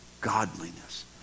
godliness